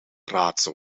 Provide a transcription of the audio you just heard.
raadsel